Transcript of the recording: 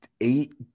eight